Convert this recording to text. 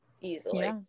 easily